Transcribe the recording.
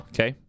Okay